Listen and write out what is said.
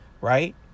right